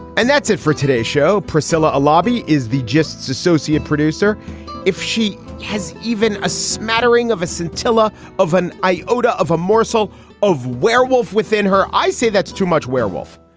and that's it for today's show. priscilla alavi is the justs associate producer if she has even a smattering of a scintilla of an iota of a morsel of werewolf within her, i say that's too much werewolf.